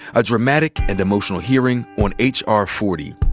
a dramatic and emotional hearing on h. r. forty,